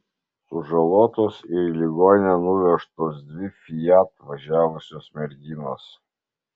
sužalotos ir į ligoninę nuvežtos dvi fiat važiavusios merginos